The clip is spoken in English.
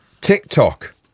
TikTok